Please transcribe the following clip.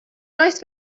nice